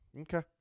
Okay